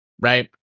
Right